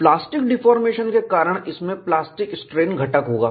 plastic deformation के कारण इसमें प्लास्टिक स्ट्रेन घटक होगा